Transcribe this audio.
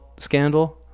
Scandal